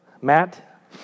Matt